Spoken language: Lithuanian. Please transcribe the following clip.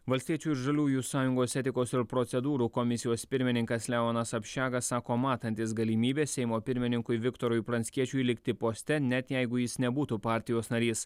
valstiečių ir žaliųjų sąjungos etikos ir procedūrų komisijos pirmininkas leonas apšega sako matantis galimybę seimo pirmininkui viktorui pranckiečiui likti poste net jeigu jis nebūtų partijos narys